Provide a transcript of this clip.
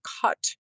cut